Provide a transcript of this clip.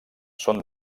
són